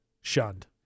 shunned